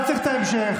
לא צריך את ההמשך.